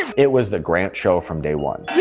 it was the grant show from day one.